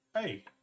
hey